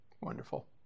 Wonderful